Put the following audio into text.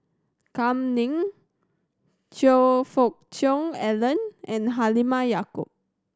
Kam Ning Choe Fook Cheong Alan and Halimah Yacob